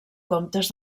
comptes